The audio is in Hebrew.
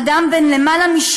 אדם בן יותר מ-80,